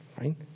right